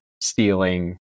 stealing